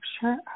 sure